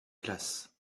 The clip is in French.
classes